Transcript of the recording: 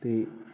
ਅਤੇ